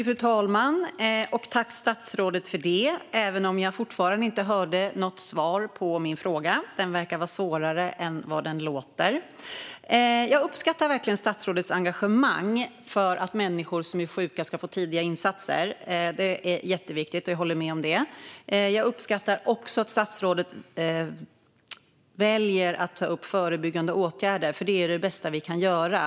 Fru talman! Tack för det, statsrådet, även om jag fortfarande inte hörde något svar på min fråga. Den verkar vara svårare än den låter. Jag uppskattar verkligen statsrådets engagemang för att människor som är sjuka ska få tidiga insatser. Det är jätteviktigt; jag håller med om det. Jag uppskattar också att statsrådet väljer att ta upp förebyggande åtgärder, för det är det bästa vi kan göra.